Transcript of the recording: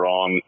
on